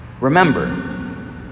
remember